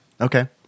Okay